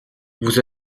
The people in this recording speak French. vous